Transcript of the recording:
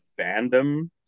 fandom